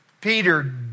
Peter